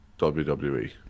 WWE